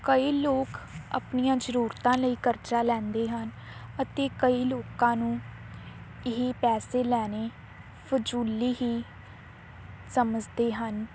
ਕਈ ਲੋਕ ਆਪਣੀਆਂ ਜ਼ਰੂਰਤਾਂ ਲਈ ਕਰਜ਼ਾ ਲੈਂਦੇ ਹਨ ਅਤੇ ਕਈ ਲੋਕਾਂ ਨੂੰ ਇਹ ਪੈਸੇ ਲੈਣੇ ਫਜ਼ੂਲ ਹੀ ਸਮਝਦੇ ਹਨ